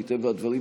מטבע הדברים,